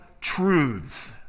truths